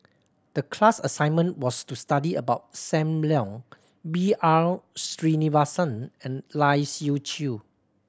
the class assignment was to study about Sam Leong B R Sreenivasan and Lai Siu Chiu